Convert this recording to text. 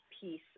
piece